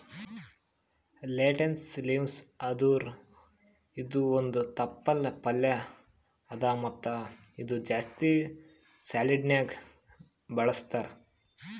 lettuce leaves ಅಂದುರ್ ಇದು ಒಂದ್ ತಪ್ಪಲ್ ಪಲ್ಯಾ ಅದಾ ಮತ್ತ ಇದು ಜಾಸ್ತಿ ಸಲಾಡ್ನ್ಯಾಗ ಬಳಸ್ತಾರ್